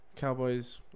Cowboys